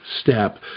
step